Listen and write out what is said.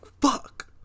fuck